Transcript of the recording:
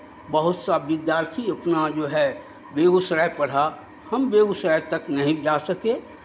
बहुत सा विद्यार्थी अपना जो है बेगूसराय पढ़ा हम बेगूसराय तक नहीं जा सके